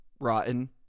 rotten